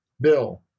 Bill